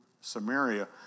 Samaria